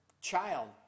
child